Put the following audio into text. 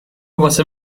واسه